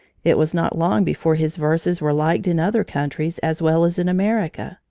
it was not long before his verses were liked in other countries as well as in america.